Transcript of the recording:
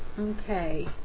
okay